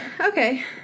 okay